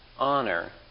honor